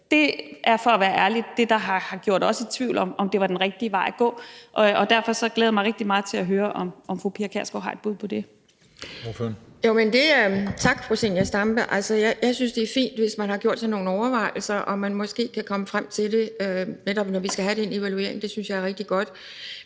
Det er for at være ærlig det, der har gjort os i tvivl om, om det var den rigtige vej at gå, og derfor glæder jeg mig rigtig meget til at høre, om fru Pia Kjærsgaard har et bud på det. Kl. 10:54 Den fg. formand (Christian Juhl): Ordføreren. Kl. 10:54 Pia Kjærsgaard (DF): Tak, fru Zenia Stampe. Jeg synes, det er fint, hvis man har gjort sig nogle overvejelser, og at man måske kan komme frem til det, netop når vi skal have den evaluering. Det synes jeg er rigtig godt.